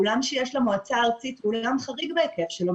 האולם שיש למועצה הארצית הוא אולם חריג בהיקף שלו.